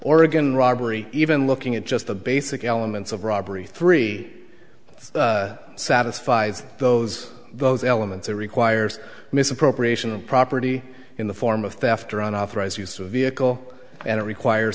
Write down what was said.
oregon robbery even looking at just the basic elements of robbery three satisfies those those elements it requires misappropriation of property in the form of theft or on authorized use of vehicle and it requires